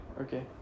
Okay